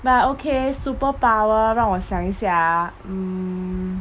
but okay superpower 让我想一下 ah mm